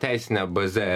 teisme tai teisine baze